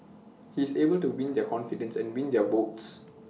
he is able to win their confidence and win their votes